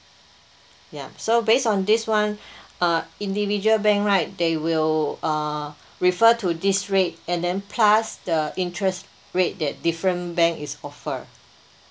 ya so based on this [one] uh individual bank right they will uh refer to this rate and then pass the interest rate that different bank is offer